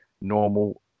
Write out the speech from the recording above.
normal